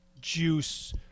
juice